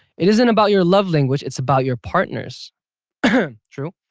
it isn't about your love language. it's about your partner's true.